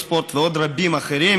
עד עשר דקות לרשותך, כעיקרון.